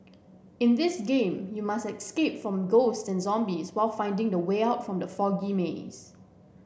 in this game you must escape from ghosts and zombies while finding the way out from the foggy maze